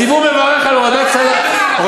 הציבור מברך על הורדת המחירים.